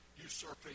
usurping